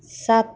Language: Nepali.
सात